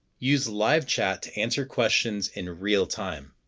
use live chat to answer questions in real time.